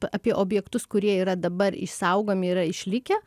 apie objektus kurie yra dabar išsaugomi yra išlikę